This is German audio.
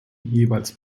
jeweils